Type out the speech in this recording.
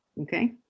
okay